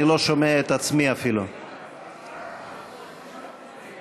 אני לא שומע אפילו את עצמי.